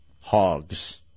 Hogs